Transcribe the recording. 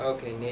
Okay